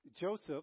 Joseph